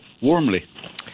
warmly